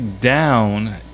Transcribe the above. down